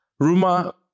Ruma